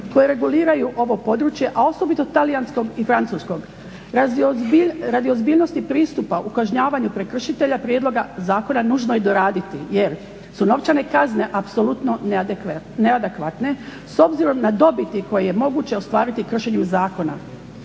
koje reguliraju ovo područje, osobito talijanskog i francuskog. Radi ozbiljnosti pristupa u kažnjavanju prekršitelja prijedloga zakona nužno je doraditi jer su novčane kazne apsolutno neadekvatne s obzirom na dobiti koje je moguće ostvariti kršenjem zakona.